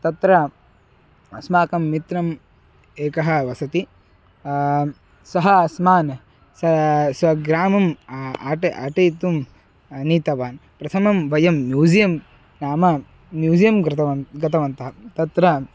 तत्र अस्माकं मित्रम् एकः वसति सः अस्मान् सः स्वग्रामम् अटितुम् अटितुं नीतवान् प्रथमं वयं म्यूज़ियं नाम म्यूज़ियं गतवन्तः गतवन्तः तत्र